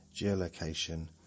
geolocation